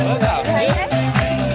i don't know